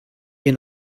wir